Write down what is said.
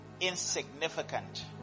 insignificant